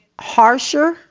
harsher